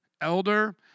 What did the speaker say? elder